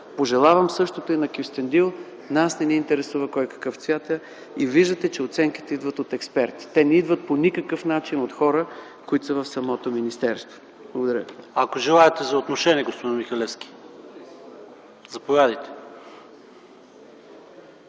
Пожелавам същото и на Кюстендил. Нас не ни интересува кой-какъв цвят е. Виждате, че оценките идват от експерти. Те не идват по никакъв начин от хора, които са в самото министерство. Благодаря. ПРЕДСЕДАТЕЛ ПАВЕЛ ШОПОВ: Ако желаете да вземете отношение, господин Михалевски, заповядайте.